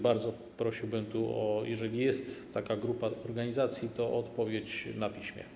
Bardzo prosiłbym, jeżeli jest taka grupa organizacji, o odpowiedź na piśmie.